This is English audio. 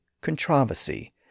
controversy